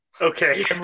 Okay